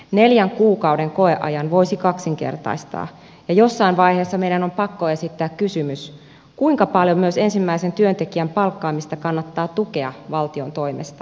neljän kuukauden koeajan voisi kaksinkertaistaa ja jossain vaiheessa meidän on pakko esittää kysymys kuinka paljon ensimmäisen työntekijän palkkaamista kannattaa tukea valtion toimesta